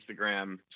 Instagram